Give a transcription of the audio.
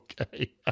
Okay